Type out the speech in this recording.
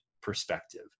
perspective